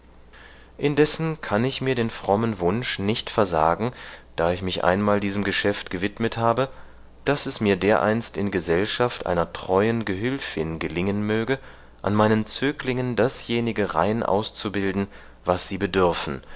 indessen kann ich mir den frommen wunsch nicht versagen da ich mich einmal diesem geschäft gewidmet habe daß es mir dereinst in gesellschaft einer treuen gehülfin gelingen möge an meinen zöglingen dasjenige rein auszubilden was sie bedürfen